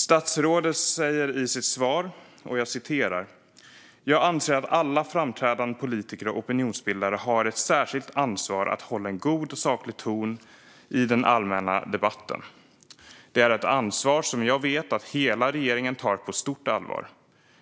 Statsrådet sa följande i sitt svar: "Jag anser att alla framträdande politiker och opinionsbildare har ett särskilt ansvar att hålla en god och saklig ton i den allmänna debatten. Det är ett ansvar som jag vet att hela regeringen tar på stort allvar.